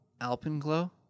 alpenglow